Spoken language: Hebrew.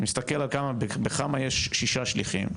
אני מסתכל בכמה יש שישה שליחים,